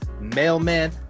mailman